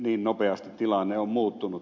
niin nopeasti tilanne on muuttunut